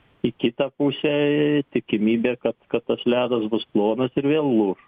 į kitą pusę eee tikimybė kad kad tas ledas bus plonas ir vėl lūš